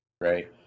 right